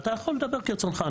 אתה יכול לדבר כרצונך,